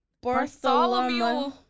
Bartholomew